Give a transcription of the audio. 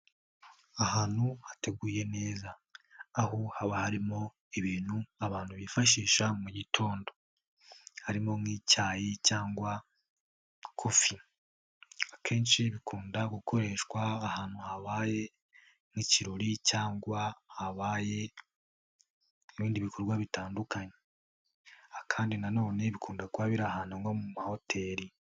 Ahantu hateguye neza, aho haba harimo ibintu abantu bifashisha mu gitondo. Harimo nk'icyayi cyangwa kofi. Akenshi bikunda gukoreshwa ahantu habaye nk'ikirori cyangwa habaye ibindi bikorwa bitandukanye, kandi nanone bikunda kuba biri ahantu nko mu mahoteri.